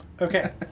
Okay